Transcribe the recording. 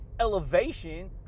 elevation